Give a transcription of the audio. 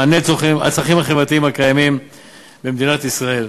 מענה לצרכים החברתיים הקיימים במדינת ישראל.